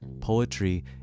Poetry